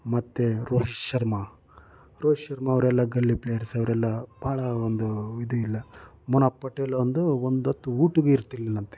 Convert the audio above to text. ಮತ್ತೆ ರೋಹಿತ್ ಶರ್ಮಾ ರೋಹಿತ್ ಶರ್ಮಾ ಅವರೆಲ್ಲ ಗಲ್ಲಿ ಪ್ಲೇಯರ್ಸ್ ಅವರೆಲ್ಲ ಬಹಳ ಒಂದು ಇದಿಲ್ಲ ಮುನಾಪ್ ಪಟೇಲ್ ಒಂದು ಒಂದೊತ್ತು ಊಟಕ್ಕೆ ಇರ್ತಿರಲಿಲ್ಲ ಅಂತೆ